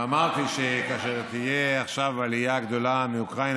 אמרתי שכאשר תהיה עכשיו עלייה גדולה מאוקראינה,